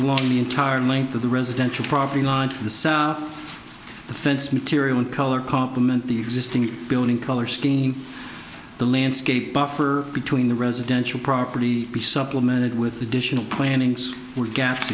along the entire length of the residential property line to the the fence material and color complement the existing building color scheme the landscape buffer between the residential property be supplemented with additional plannings were ga